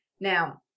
Now